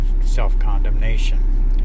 self-condemnation